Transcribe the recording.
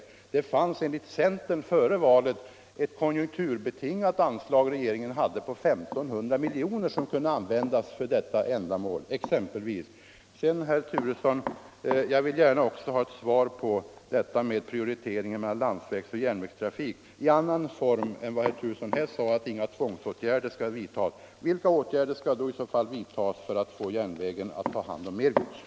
Före valet fanns det enligt centern exempelvis ett konjunkturbetingat anslag till regeringens förfogande på 1 500 milj.kr. som kunde användas. Sedan, herr Turesson, vill jag också gärna ha ett svar på frågan om prioriteringen mellan järnvägsoch landsvägstrafik i annan form än det besked herr Turesson gav om att inga tvångsåtgirder skall vidtas. Vilka åtgärder skall i så fall vidtas för att få järnvägen att ta hand om mer gods?